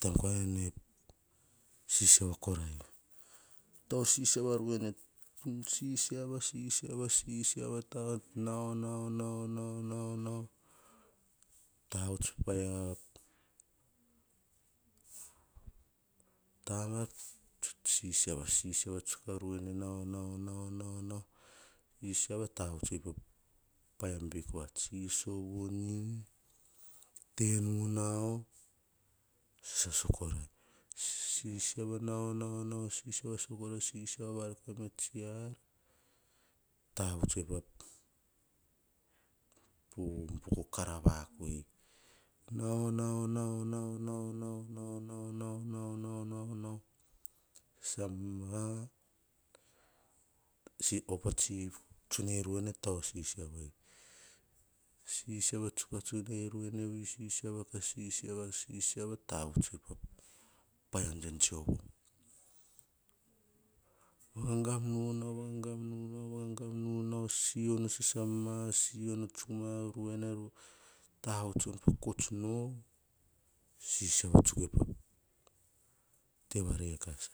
Taim kora nene sisiava korai, tau sisiava ruwene, sisiava, sisiava, sisiava tan nau, nau, nau, tavuts paia tounats, sisiava, sisiava tsuk a ruwene nau, nau, nau, sisiava tavuts ae pa vats topuana, iso nu nauu te nu nau, sisiava korai. sisiava u nou, sisiava kora tsiar tavuts bi pa kara vakuei, nau, nauu, nau, nau, nau sisiava tsuk tsunai ruwene, sisiava ka sisiava ka tavvuts pa ar tsovtsovo, vavangam nu. vavagam nu nau siono sasa ma, siono tsuk na ruwene tavvuts von pa kots no, sisiava tsuk a te va rekasa.